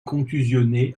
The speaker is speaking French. contusionné